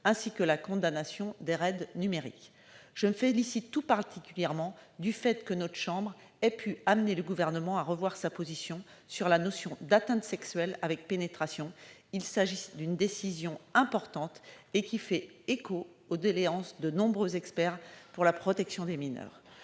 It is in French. ainsi que de la condamnation des « raids numériques ». Je me félicite tout particulièrement que notre chambre ait pu amener le Gouvernement à revoir sa position sur la notion d'atteinte sexuelle avec pénétration. Il s'agit d'une décision importante, qui fait écho aux doléances de nombreux experts, pour la protection des mineurs.